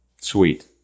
Sweet